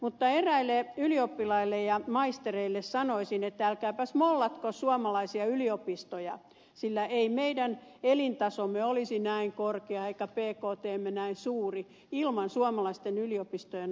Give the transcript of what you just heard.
mutta eräille ylioppilaille ja maistereille sanoisin että älkääpäs mollatko suomalaisia yliopistoja sillä ei meidän elintasomme olisi näin korkea eikä bktmme näin suuri ilman suomalaisten yliopistojen osaamista